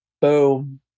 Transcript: Boom